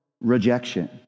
rejection